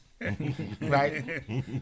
right